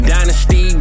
Dynasty